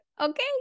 Okay